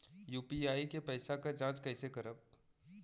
UPI के पैसा क जांच कइसे करब?